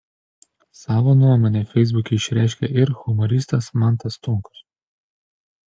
savo nuomonę feisbuke išreiškė ir humoristas mantas stonkus